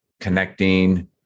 connecting